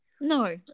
No